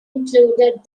included